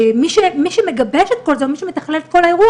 מי שמגבש את כל זה או מי שמתכלל את כל האירוע,